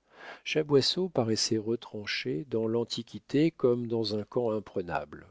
accessibles chaboisseau paraissait retranché dans l'antiquité comme dans un camp imprenable